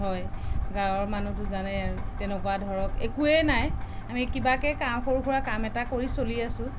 হয় গাঁৱৰ মানুহটো জানেই আৰু তেনেকুৱা ধৰক একোৱেই নাই আমি কিবাকৈ কাম সৰু সুৰা কাম এটা কৰি চলি আছো